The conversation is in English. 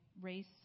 race